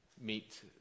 meet